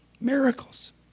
Miracles